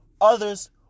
Others